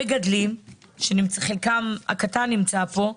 המגדלים, שחלקם הקטן נמצא פה,